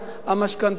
המשכנתאות,